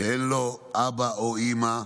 שאין לו אבא או אימא,